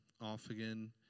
off-again